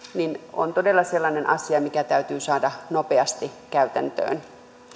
on todella sellainen asia mikä täytyy saada nopeasti käytäntöön